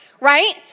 right